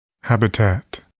Habitat